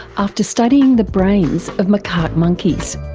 after studying the brains of macaque monkeys.